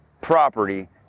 property